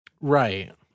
Right